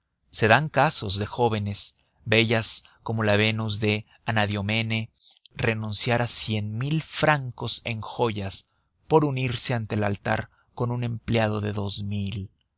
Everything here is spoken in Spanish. dan casos de jóvenes bellas como la venus de anadyomene renunciar a cien mil francos en joyas por unirse ante el altar con un empleado de dos mil